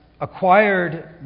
acquired